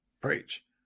Preach